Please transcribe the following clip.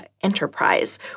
enterprise